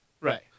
right